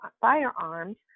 firearms